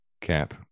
Cap